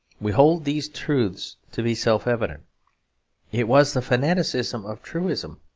we hold these truths to be self-evident it was the fanaticism of truism.